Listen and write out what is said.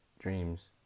dreams